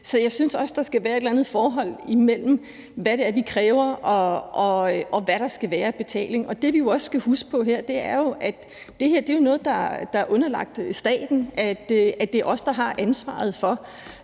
Så jeg synes også, der skal være et eller andet forhold imellem, hvad det er, vi kræver, og hvad der skal være af betaling. Og det, vi jo også skal huske på, er, at det her er noget, der er underlagt staten, og som det er os der har ansvaret for,